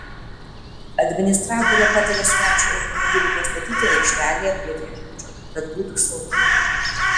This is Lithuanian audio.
administratorė patarė svečiui automobilį pastatyti aikštelėje prie viešbučio kad būtų saugiau